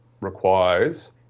requires